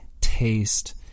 taste